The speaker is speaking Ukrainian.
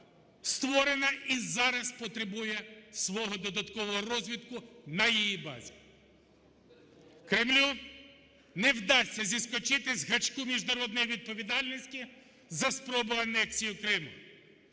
створена і зараз потребує свого додаткового розвитку на її базі. Кремлю не вдасться зіскочити з гачка міжнародної відповідальності за спроби анексії Криму,